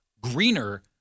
greener